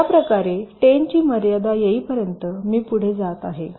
या प्रकारे 10 ची मर्यादा येईपर्यंत मी पुढे जात आहे